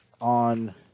on